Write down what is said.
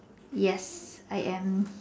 yes I am